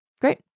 Great